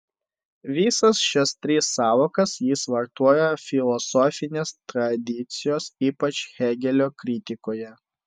visas šias tris sąvokas jis vartoja filosofinės tradicijos ypač hėgelio kritikoje